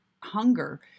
hunger